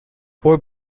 were